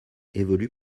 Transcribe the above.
évolue